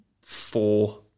four